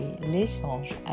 l'échange